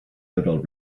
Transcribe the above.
little